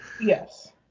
Yes